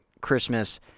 Christmas